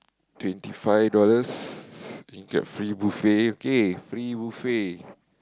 twenty five dollars you get free buffet okay free buffet